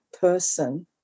person